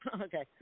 Okay